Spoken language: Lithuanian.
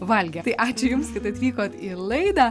valgė tai ačiū jums kad atvykot į laidą